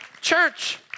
Church